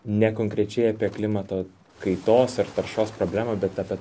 ne konkrečiai apie klimato kaitos ar taršos problemą bet apie